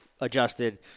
adjusted